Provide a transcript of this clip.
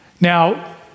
Now